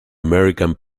american